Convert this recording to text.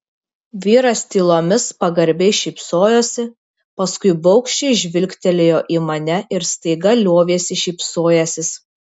vyras tylomis pagarbiai šypsojosi paskui baugščiai žvilgtelėjo į mane ir staiga liovėsi šypsojęsis